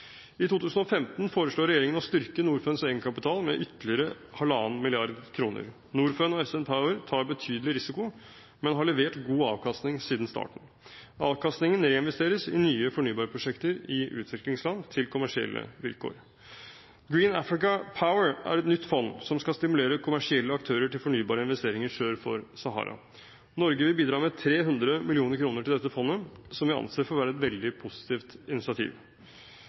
I 2015 foreslår regjeringen å styrke Norfunds egenkapital med ytterligere 1,5 mrd. kr. Norfund og SN Power tar betydelig risiko, men har levert god avkastning siden starten. Avkastningen reinvesteres i nye fornybarprosjekter i utviklingsland til kommersielle vilkår. Green Africa Power er et nytt fond som skal stimulere kommersielle aktører til fornybare investeringer sør for Sahara. Norge vil bidra med 300 mill. kr til dette fondet, som vi anser for å være et veldig positivt initiativ.